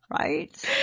right